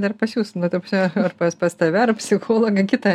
dar pas jus nu ta prasme pas pas tave ar psichologą kitą